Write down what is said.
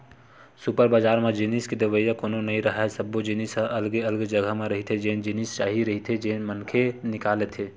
super बजार म जिनिस के देवइया कोनो नइ राहय, सब्बो जिनिस ह अलगे अलगे जघा म रहिथे जेन जिनिस चाही रहिथे मनखे निकाल लेथे